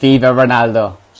Ronaldo